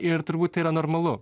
ir turbūt tai yra normalu